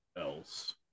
else